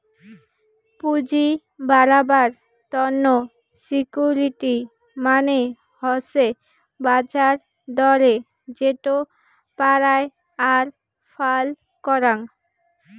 পুঁজি বাড়াবার তন্ন সিকিউরিটি মানে হসে বাজার দরে যেটো পারায় আর ফাল করাং